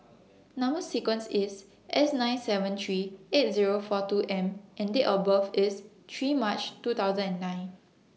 Number sequence IS S nine seven three eight Zero four two M and Date of birth IS three March two thousand and nine